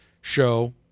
show